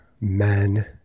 men